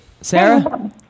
Sarah